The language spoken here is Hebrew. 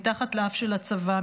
מתחת לאף של הצבא,